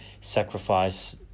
sacrifice